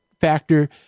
factor